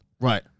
Right